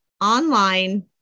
online